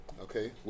Okay